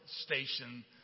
Station